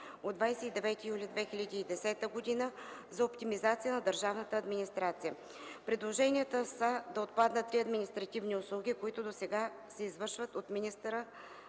от 29 юли 2010 г. за оптимизация на държавната администрация. Предложенията са да отпаднат три административни услуги, които досега се извършват от министъра